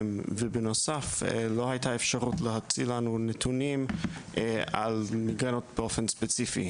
ובנוסף לא הייתה אפשרות להוציא לנו נתונים על מיגרנות באופן ספציפי,